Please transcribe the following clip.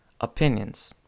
Opinions